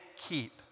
keep